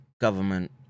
government